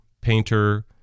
Painter